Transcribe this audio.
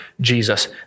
Jesus